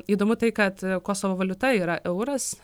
įdomu tai kad kosovo valiuta yra euras